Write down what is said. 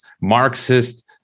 Marxist